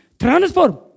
Transform